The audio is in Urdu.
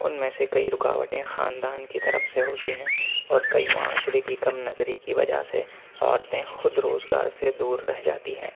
ان میں سے کئی رکاوٹیں خاندان کی طرف سے ہوتی ہیں اور کئی معاشرے کی کم نظری کی وجہ سے عورتیں خود روزگار سے دور رہ جاتی ہیں